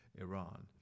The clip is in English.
Iran